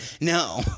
no